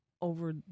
over